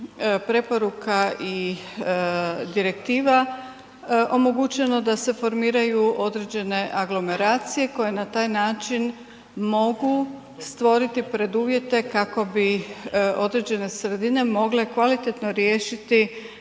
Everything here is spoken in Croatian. preporuka i direktiva, omogućeno da se formiraju određene aglomeracije koje na taj način mogu stvoriti preduvjete kako bi određene sredine mogle kvalitetno riješiti